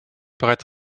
bereits